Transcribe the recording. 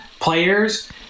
players